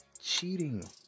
cheating